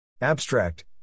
Abstract